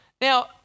Now